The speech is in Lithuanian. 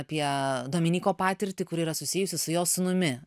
apie dominyko patirtį kuri yra susijusi su jo sūnumi